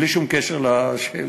בלי שום קשר לשאילתה.